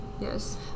Yes